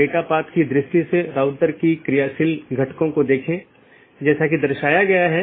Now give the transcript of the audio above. पथ को पथ की विशेषताओं के रूप में रिपोर्ट किया जाता है और इस जानकारी को अपडेट द्वारा विज्ञापित किया जाता है